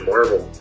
Marvel